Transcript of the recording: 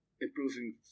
improving